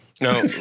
No